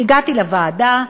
כשהגעתי לוועדה,